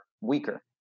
weaker